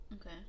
Okay